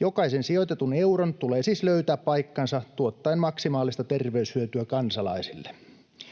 Jokaisen sijoitetun euron tulee siis löytää paikkansa tuottaen maksimaalista terveyshyötyä kansalaisille.